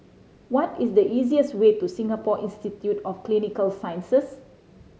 what is the easiest way to Singapore Institute of Clinical Sciences